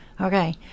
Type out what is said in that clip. Okay